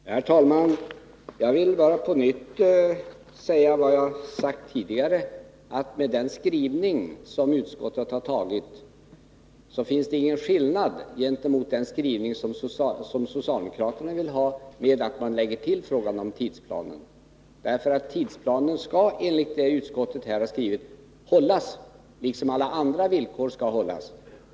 Herr talman! Jag vill bara på nytt säga vad jag har sagt tidigare, att utskottets skrivning inte innebär någon skillnad gentemot den skrivning som socialdemokraterna vill ha, där man gör ett tillägg om tidsplanen. Tidsplanen skall nämligen enligt utskottets skrivning hållas, liksom alla andra villkor skall hållas.